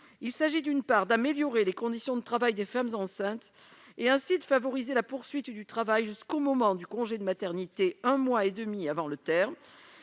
Il s'agit d'améliorer les conditions de travail des femmes enceintes et de favoriser la poursuite du travail jusqu'au moment du congé de maternité, un mois et demi avant le terme.